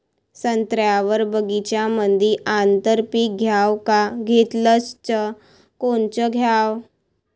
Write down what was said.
संत्र्याच्या बगीच्यामंदी आंतर पीक घ्याव का घेतलं च कोनचं घ्याव?